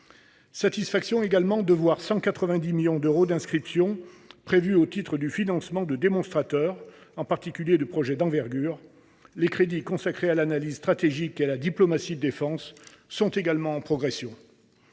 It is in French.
satisfait également de l’inscription de 190 millions d’euros au titre du financement de démonstrateurs, en particulier de projets d’envergure. Les crédits consacrés à l’analyse stratégique et à la diplomatie de défense sont également en progression.